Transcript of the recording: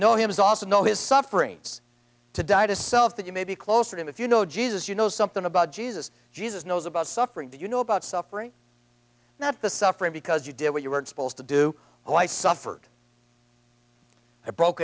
know him is also know his sufferings to die to self that you may be closer to him if you know jesus you know something about jesus jesus knows about suffering that you know about suffering not the suffering because you did what you weren't supposed to do oh i suffered